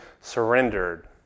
surrendered